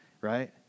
right